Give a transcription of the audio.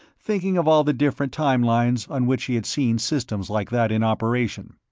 thinking of all the different time-lines on which he had seen systems like that in operation.